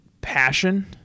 passion